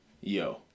yo